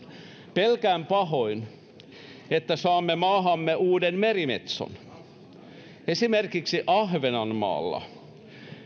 pelkään pahoin että saamme maahamme uuden merimetson esimerkiksi ahvenanmaalla